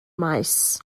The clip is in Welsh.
maes